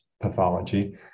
pathology